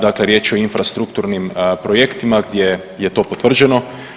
Dakle, riječ je o infrastrukturnim projektima gdje je to potvrđeno.